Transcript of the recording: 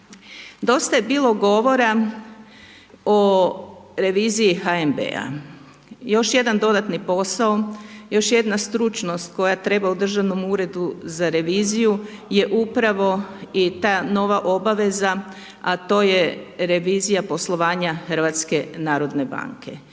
Dosta je bilo govora o reviziji HNB-a. Još jedan dodatni posao, još jedna stručnost koja treba u DUR-u je upravo i ta nova obaveza, a to je revizija poslovanja HNB-a. S ovog mjesta